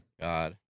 God